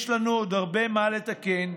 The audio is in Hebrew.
יש לנו עוד הרבה מה לתקן,